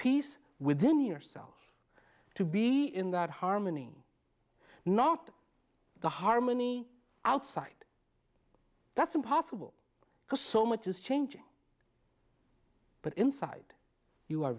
peace within yourself to be in that harmony not the harmony outside that's impossible because so much is changing but inside you are